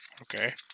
Okay